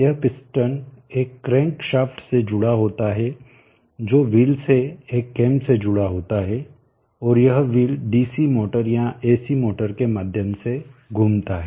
यह पिस्टन एक crank shaft से जुड़ा होता है जो व्हील से एक कैम से जुड़ा होता है और यह व्हील डीसी मोटर या एसी मोटर के माध्यम से घूमता है